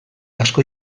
asko